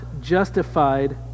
justified